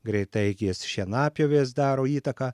greitaeigės šienapjovės daro įtaką